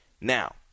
Now